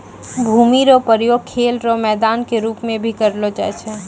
भूमि रो उपयोग खेल रो मैदान के रूप मे भी करलो जाय छै